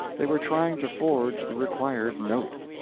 they were trying to forge the required note.